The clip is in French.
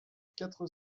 quatre